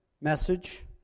message